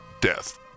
Death